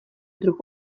druh